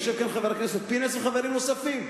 יושבים פה חבר הכנסת פינס וחברים נוספים,